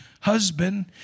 husband